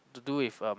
to do with um